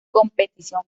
competición